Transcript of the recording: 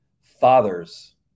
Fathers